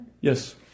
Yes